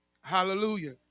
Hallelujah